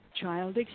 child